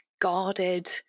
guarded